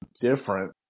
different